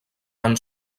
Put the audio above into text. han